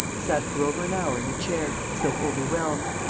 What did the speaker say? sat for over an hour in a chair, as though overwhelmed.